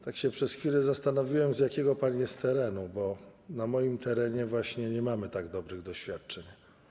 Tak się przez chwilę zastanowiłem, z jakiego pan jest terenu, bo na moim terenie nie mamy tak dobrych doświadczeń.